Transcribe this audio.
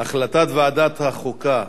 החלטת ועדת החוקה,